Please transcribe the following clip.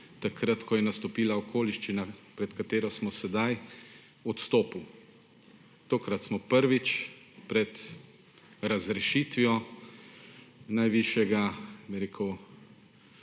takrat, ko je nastopila okoliščina, pred katero smo sedaj, odstopil. Tokrat smo prvič pred razrešitvijo najvišjega, bi rekel,